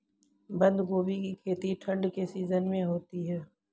बंद गोभी की खेती ठंड के सीजन में होती है